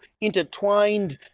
intertwined